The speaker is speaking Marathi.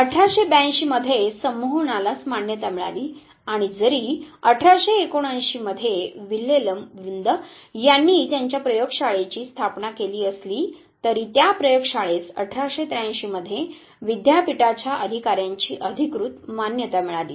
1882 मध्ये संमोहनला मान्यता मिळाली आणि जरी 1879 मध्ये विल्हेल्म वुंद यांनी त्यांच्या प्रयोगशाळेची स्थापना केली असली तरी त्या प्रयोगशाळेस 1883 मध्ये विद्यापीठाच्या अधिकार्यांची अधिकृत मान्यता मिळाली